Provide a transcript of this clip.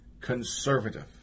conservative